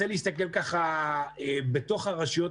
שלום לכולם.